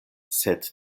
sed